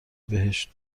بهشت